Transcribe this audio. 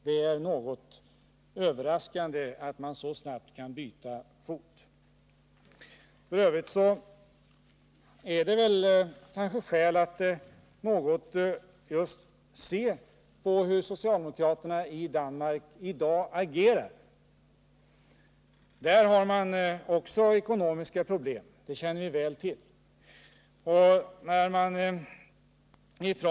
Det är något överraskande att man så snabbt kan byta fot. F. ö. finns det kanske skäl att något se på hur just socialdemokraterna i Danmark i dag agerar. Där har man också ekonomiska problem, vilket vi väl känner till.